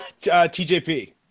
tjp